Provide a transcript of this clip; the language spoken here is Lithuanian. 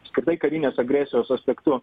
apskritai karinės agresijos aspektu